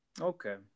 Okay